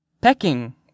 pecking